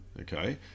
okay